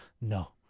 no